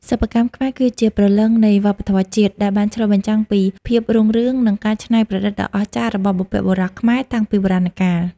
សិប្បកម្មខ្មែរគឺជាព្រលឹងនៃវប្បធម៌ជាតិ ដែលបានឆ្លុះបញ្ចាំងពីភាពរុងរឿង និងការច្នៃប្រឌិតដ៏អស្ចារ្យរបស់បុព្វបុរសខ្មែរតាំងពីបុរាណកាល។